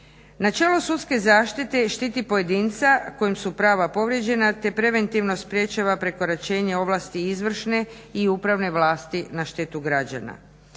Načelo sudske zaštite štiti pojedinca kojem su prava povrijeđena te preventivno sprečava prekoračenje ovlasti izvršne i upravne vlasti na štetu građana.